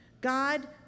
God